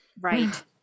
Right